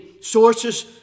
sources